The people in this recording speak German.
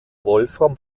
wolfram